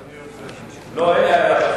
אני יודע, אדוני.